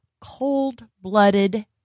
cold-blooded